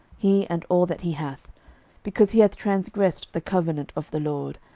he and all that he hath because he hath transgressed the covenant of the lord,